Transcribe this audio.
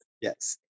Yes